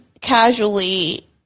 casually